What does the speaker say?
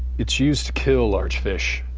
it's used to kill large fish.